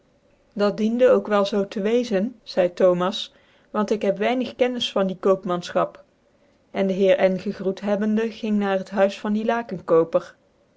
dat diende ook wel zoo te wezen zcidc rhomasj want ik heb weinig kennis van die küo majn cbap en de heer n gegroet lubbende e ing na het huis van die